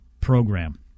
program